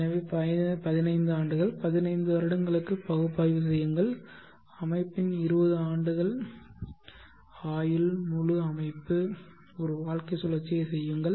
எனவே 15 ஆண்டுகள் 15 வருடங்களுக்கு பகுப்பாய்வு செய்யுங்கள் அமைப்பின் 20 ஆண்டுகள் ஆயுள் முழு அமைப்பு ஒரு வாழ்க்கைச் சுழற்சியைச் செய்யுங்கள்